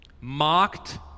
mocked